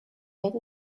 yet